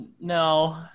No